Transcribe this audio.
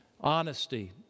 honesty